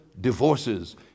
divorces